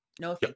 No